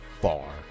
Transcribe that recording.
far